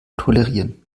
tolerieren